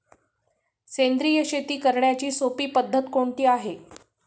सेंद्रिय शेती करण्याची सोपी पद्धत कोणती आहे का?